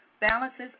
balances